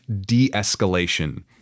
de-escalation